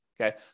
Okay